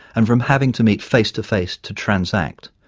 and from having to meet face-to-face to transact,